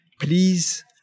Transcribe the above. Please